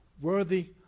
worthy